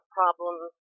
problems